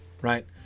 right